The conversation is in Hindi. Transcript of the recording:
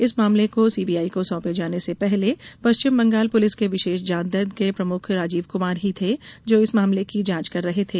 इस मामले को सीबीआई को सौंपे जाने से पहले पश्चिम बंगाल पुलिस के विशेष जांच दल के प्रमुख राजीव कुमार ही थे जो इस मामले की जांच कर रहे थे